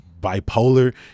bipolar